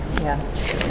Yes